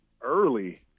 early